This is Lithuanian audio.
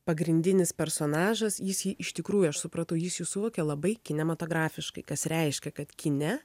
pagrindinis personažas jis jį iš tikrųjų aš supratau jis jį suvokia labai kinematografiškai kas reiškia kad kine